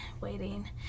waiting